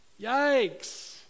Yikes